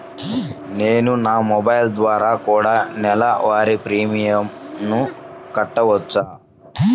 నేను నా మొబైల్ ద్వారా కూడ నెల వారి ప్రీమియంను కట్టావచ్చా?